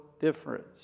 difference